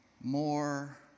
more